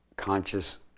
Conscious